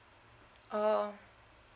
oh